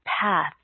path